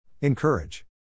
Encourage